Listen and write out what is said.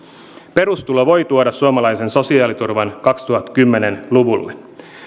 perustulo voi tuoda suomalaisen sosiaaliturvan kaksituhattakymmenen luvulle